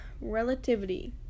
Relativity